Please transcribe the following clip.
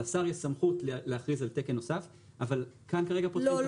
לשר יש סמכות להכריז על תקן נוסף אבל כאן כרגע פותחים.